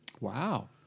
Wow